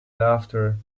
laughter